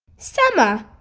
summer!